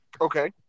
Okay